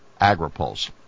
AgriPulse